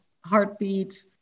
heartbeat